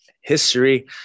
history